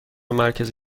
مرکز